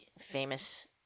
famous